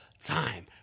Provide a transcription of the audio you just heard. time